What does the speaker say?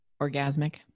orgasmic